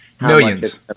Millions